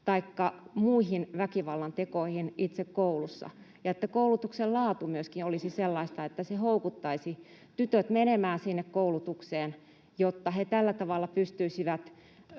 olisi muita väkivallantekoja itse koulussa — ja että koulutuksen laatu myöskin olisi sellaista, että se houkuttaisi tytöt menemään sinne koulutukseen, jotta he tällä tavalla pystyisivät